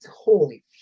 holy